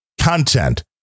content